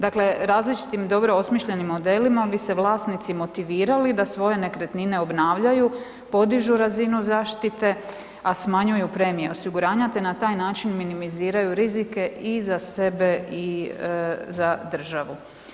Dakle, različitim dobro osmišljenim modelima bi se vlasnici motivirali da svoje nekretnine obnavljaju, podižu razinu zaštite, a smanjuju premije osiguranja te na taj način minimiziraju rizike i za sebe i za državu.